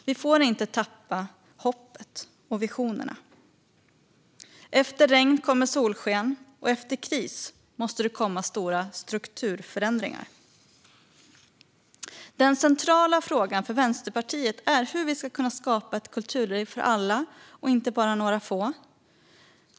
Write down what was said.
Vi får inte tappa hoppet och visionerna. Efter regn kommer solsken, och efter kris måste det komma stora strukturförändringar. Den centrala frågan för Vänsterpartiet är hur vi ska kunna skapa ett kulturliv för alla och inte bara för några få.